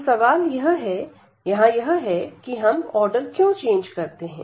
तो सवाल यहां यह है कि हम ऑर्डर क्यों चेंज करते हैं